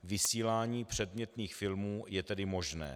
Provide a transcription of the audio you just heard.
Vysílání předmětných filmů je tedy možné.